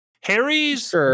Harry's